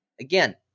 Again